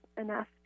enough